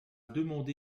demande